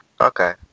Okay